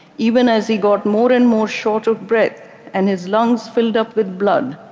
even as he got more and more short of breath and his lungs filled up with blood,